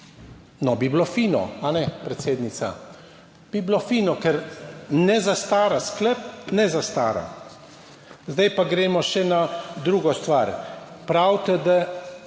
No, bi bilo fino, a ne, predsednica? Bi bilo fino, ker ne zastara sklep. Ne zastara. Zdaj pa gremo še na drugo stvar, pravite, da